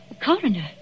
coroner